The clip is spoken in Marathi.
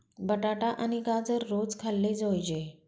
बटाटा आणि गाजर रोज खाल्ले जोयजे